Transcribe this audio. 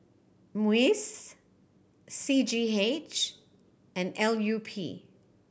MUIS C G H and L U P